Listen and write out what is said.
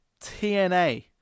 TNA